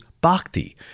bhakti